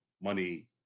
money